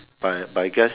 but I but I guess